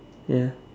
ya